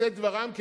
עושה דברם,